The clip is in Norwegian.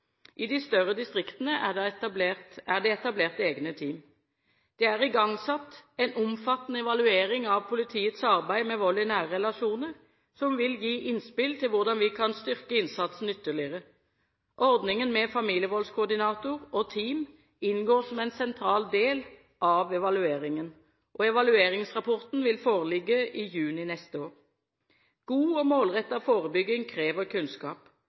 I de større distriktene er det etablert egne team. Det er igangsatt en omfattende evaluering av politiets arbeid med vold i nære relasjoner som vil gi innspill til hvordan vi kan styrke innsatsen ytterligere. Ordningen med familievoldskoordinator og team inngår som en sentral del av evalueringen. Evalueringsrapporten vil foreligge i juni neste år. God og målrettet forebygging krever kunnskap.